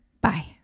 Bye